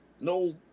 No